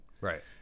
Right